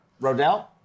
Rodell